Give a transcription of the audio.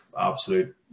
absolute